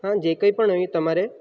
હા જે કંઈ પણ હોય તમારે